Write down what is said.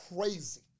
crazy